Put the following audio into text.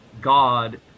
God